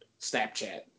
Snapchat